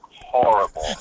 horrible